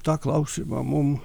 tą klausimą mum